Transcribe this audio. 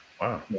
wow